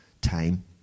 time